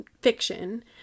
fiction